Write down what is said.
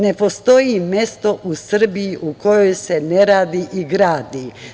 Ne postoji mesto u Srbiji u kojoj se ne radi i gradi.